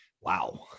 Wow